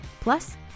Plus